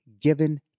given